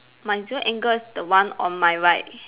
my zero angle is the one on my right